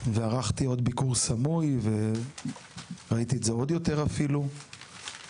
וערכתי עוד ביקור סמוי וראיתי את זה עוד יותר אפילו ואני